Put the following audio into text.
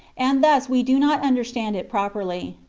and thus we do not understand it properly.